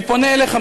אני פונה אליך,